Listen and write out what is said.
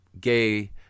gay